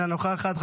אינה נוכחת,